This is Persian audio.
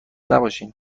نباشین